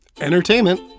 entertainment